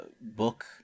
book